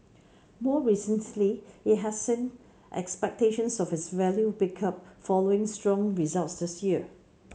more recently it has seen expectations of its value pick up following strong results this year